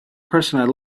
person